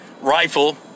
rifle